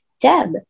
Deb